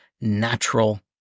natural